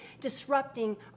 disrupting